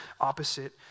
opposite